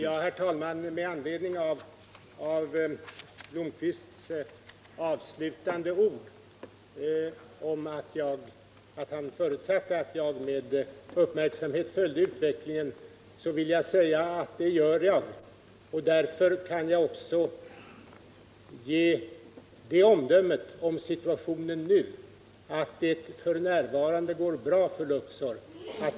Herr talman! Med anledning av Arne Blomkvists avslutande ord, att han förutsatte att jag med uppmärksamhet följer utvecklingen, vill jag säga att det gör jag. Därför kan jag också ge det omdömet om situationen nu, att det f. n. går bra för Luxor.